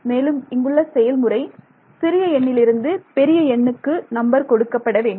மேலும் இங்குள்ள செயல்முறை சிறிய எண்ணிலிருந்து பெரிய எண்ணுக்கு நம்பர் கொடுக்கப்படவேண்டும்